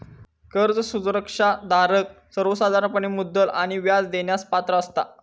कर्ज सुरक्षा धारक सर्वोसाधारणपणे मुद्दल आणि व्याज देण्यास पात्र असता